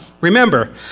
remember